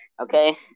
okay